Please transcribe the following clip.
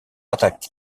attaque